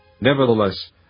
Nevertheless